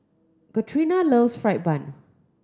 Katrina loves fried bun